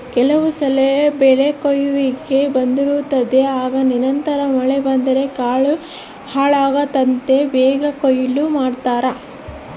ಕೆಲವುಸಲ ಬೆಳೆಕೊಯ್ಲಿಗೆ ಬಂದಿರುತ್ತದೆ ಆಗ ನಿರಂತರ ಮಳೆ ಬಂದರೆ ಕಾಳು ಹಾಳಾಗ್ತದಂತ ಬೇಗ ಕೊಯ್ಲು ಮಾಡ್ತಾರೆ